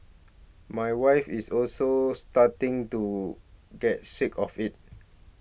my wife is also starting to get sick of it